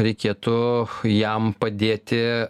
reikėtų jam padėti